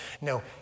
no